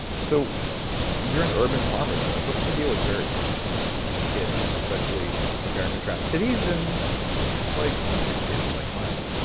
so you're an urban farmer though, like what's the deal with dirt and kids especially compare and contrast cities and like country kids like mine?